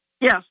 Yes